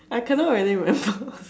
I cannot really remember